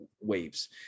waves